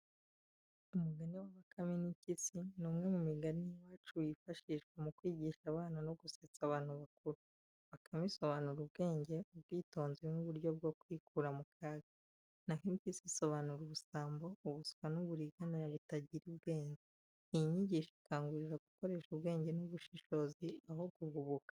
Umugani wa Bakame n’Impyisi ni umwe mu migani y’iwacu wifashishwa mu kwigisha abana no gusetsa abantu bakuru. Bakame isobanura ubwenge, ubwitonzi n’uburyo bwo kwikura mu kaga, naho Impyisi isobanura ubusambo, ubuswa n’uburiganya butagira ubwenge. Iyi nyigisho ikangurira gukoresha ubwenge n’ubushishozi aho guhubuka.